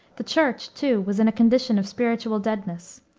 the church, too, was in a condition of spiritual deadness.